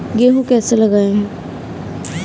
गेहूँ कैसे लगाएँ?